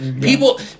People